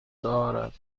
دارد